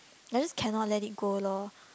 they just cannot let it go lor